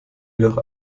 jedoch